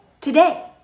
today